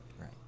Right